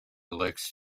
elects